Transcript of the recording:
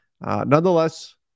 nonetheless